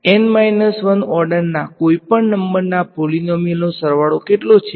N 1 ઓર્ડરના કોઈપણ નંબરના પોલીનોમીઅલનો સરવાળો કેટલો છે